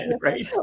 right